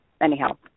Anyhow